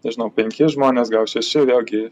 nežinau penki žmonės gal šeši vėlgi